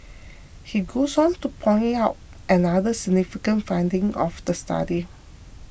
he goes on to point out another significant finding of the study